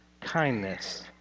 kindness